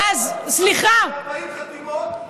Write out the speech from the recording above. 40 חתימות,